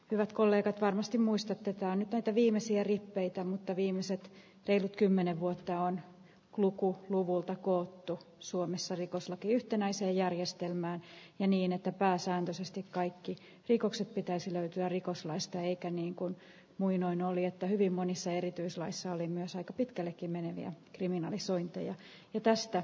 hyvät kollegat varmasti muistutetaan että viimeisiä rippeitä mutta viimeiset reilut kymmenen vuotta on kuluku luvulta koottu suomessa rikoslaki yhtenäisen järjestelmän ff ja niin että pääsääntöisesti kaikki rikokset pitäisi löytyä rikoslaista eikä niinkuin muinoin oli että hyvin monissa erityislaeissa oli myös aika pitkällekin meneviä kriminalisointeja idästä